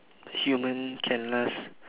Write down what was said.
human can last